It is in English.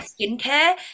skincare